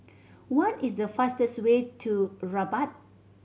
what is the fastest way to Rabat